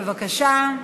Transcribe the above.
בבקשה.